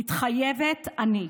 מתחייבת אני.